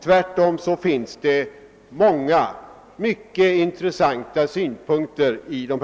Tvärtom framförs det många mycket intressanta synpunkter i dem.